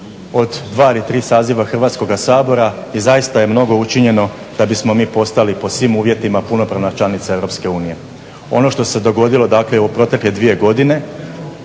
od 2 ili 3 saziva Hrvatskoga sabora i zaista je mnogo učinjeno da bismo mi postali po svim uvjetima punopravna članica EU. Ono što se dogodilo u protekle dvije godine